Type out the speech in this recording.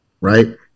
right